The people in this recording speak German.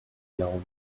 laune